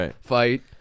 fight